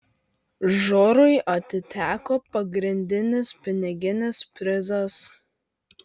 žurui atiteko pagrindinis piniginis prizas